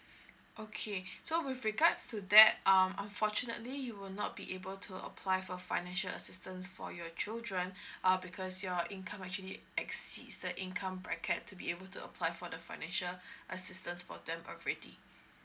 okay so with regards to that um unfortunately you will not be able to apply for financial assistance for your children uh because your income actually exceeds the income bracket to be able to apply for the financial assistance for them already